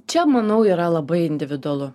čia manau yra labai individualu